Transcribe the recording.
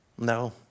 No